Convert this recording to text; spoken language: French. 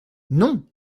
non